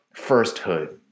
firsthood